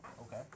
Okay